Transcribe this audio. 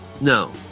No